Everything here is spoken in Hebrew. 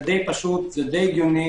זה די פשוט והגיוני.